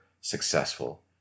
successful